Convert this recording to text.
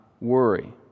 worry